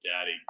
Daddy